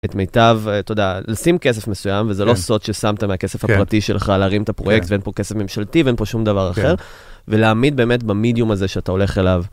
את מיטב, אתה יודע, לשים כסף מסוים, וזה לא סוד ששמת מהכסף הפרטי שלך להרים את הפרויקט, ואין פה כסף ממשלתי ואין פה שום דבר אחר, ולהעמיד באמת במידיום הזה שאתה הולך אליו.